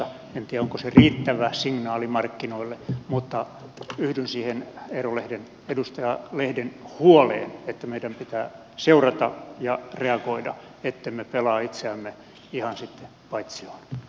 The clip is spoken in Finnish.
en tiedä onko se riittävä signaali markkinoille mutta yhdyn siihen edustaja lehden huoleen että meidän pitää seurata ja reagoida ettemme pelaa itseämme ihan paitsioon